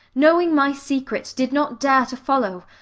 knowing my secret, did not dare to follow,